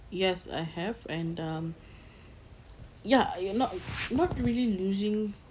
yes I have and um ya you're not not really losing